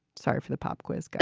sorry for the pop quiz.